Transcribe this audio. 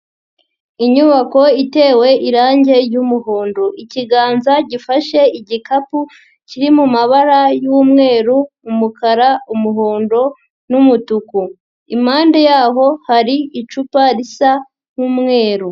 Inyubako itewe irangi ry'umuhondo, ikiganza gifashe igikapu kiri mu mabara y'umweru, umukara, umuhondo n'umutuku, impande yaho hari icupa risa nk'umweru.